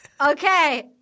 Okay